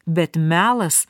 bet melas